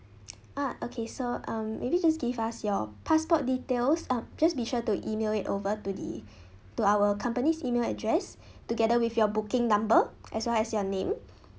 ah okay so um maybe just give us your passport details uh just be sure to email it over to the to our company's email address together with your booking number as long as your name